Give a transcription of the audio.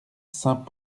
saint